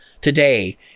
today